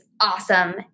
awesome